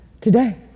Today